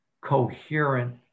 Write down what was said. coherent